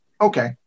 Okay